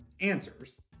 answers